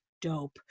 dope